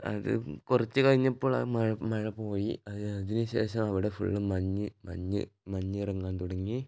അത് കുറച്ച് കഴിഞ്ഞപ്പോൾ ആ മഴ മഴ പോയി അതിനു ശേഷം അവിടെ ഫുള്ള് മഞ്ഞ് മഞ്ഞ് മഞ്ഞിറങ്ങാൻ തുടങ്ങി